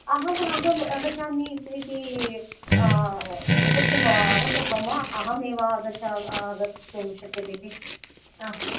अहं अहं आगच्छामि इती एतत्तु अवश्यकं वा अहमेव आगच्छ आगन्तुं शक्यते इति हा